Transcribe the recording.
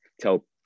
tell